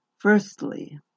Firstly